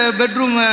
bedroom